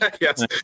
Yes